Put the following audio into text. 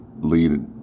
lead